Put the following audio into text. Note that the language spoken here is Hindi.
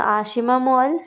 आशिमा मॉल